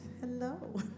Hello